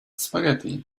spaghetti